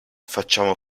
facciamo